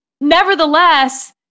Nevertheless